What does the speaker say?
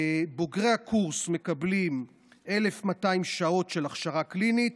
בוגרי הקורס מקבלים 1,200 שעות של הכשרה קלינית,